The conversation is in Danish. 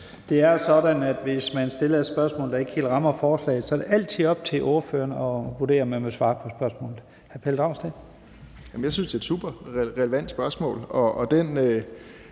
Det er sådan, at hvis man stiller et spørgsmål, der ikke helt rammer emnet i forslaget, så er det altså op til ordføreren at vurdere, om man vil svare på spørgsmålet. Hr. Pelle Dragsted. Kl. 12:03 Pelle Dragsted (EL): Jeg synes, det er et superrelevant spørgsmål.